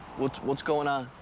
what's what's going on?